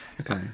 okay